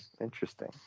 Interesting